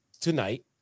tonight